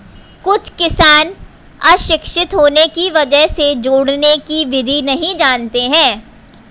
कुछ किसान अशिक्षित होने की वजह से जोड़ने की विधि नहीं जानते हैं